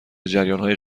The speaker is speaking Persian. جریانهای